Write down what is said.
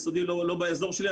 יסודי לא באזור שלי,